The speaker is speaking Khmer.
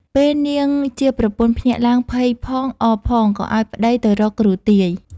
ពេលនាងជាប្រពន្ធភ្ញាក់ឡើងភ័យផងអរផងក៏ឲ្យប្ដីទៅរកគ្រូទាយ ។